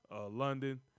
London